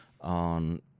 on